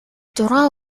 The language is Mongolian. зургаан